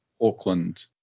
Auckland